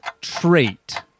trait